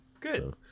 Good